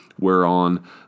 whereon